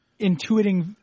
intuiting